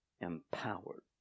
empowered